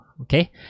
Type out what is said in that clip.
Okay